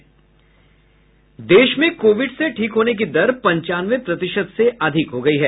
देश में कोविड से ठीक होने की दर पंचानवे प्रतिशत से अधिक हो गई है